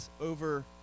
over